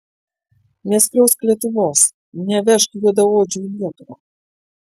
neskriausk lietuvos nevežk juodaodžių į lietuvą